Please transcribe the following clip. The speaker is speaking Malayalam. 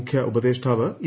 മുഖ്യ ഉപദേഷ്ടാവ് ഇ